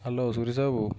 hello Suresh ବାବୁ